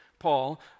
Paul